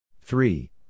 Three